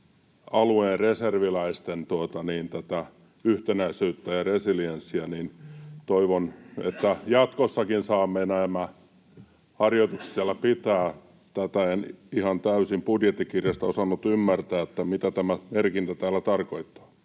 alueen reserviläisten yhtenäisyyttä ja resilienssiä. Toivon, että jatkossakin saamme nämä harjoitukset siellä pitää. Tätä en ihan täysin budjettikirjasta ymmärtänyt, mitä tämä merkintä täällä tarkoittaa.